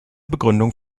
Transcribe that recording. begründung